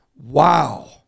Wow